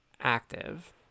active